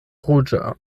ruĝa